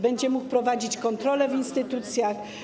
Będzie mógł prowadzić kontrole w instytucjach.